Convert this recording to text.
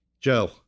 Joe